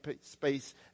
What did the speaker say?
space